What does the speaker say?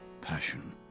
passion